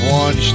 one